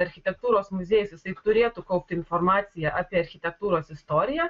architektūros muziejus jisai turėtų kaupti informaciją apie architektūros istoriją